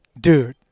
dude